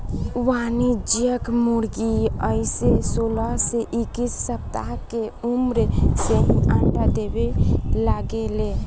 वाणिज्यिक मुर्गी अइसे सोलह से इक्कीस सप्ताह के उम्र से ही अंडा देवे लागे ले